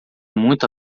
muito